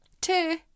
two